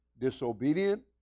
disobedient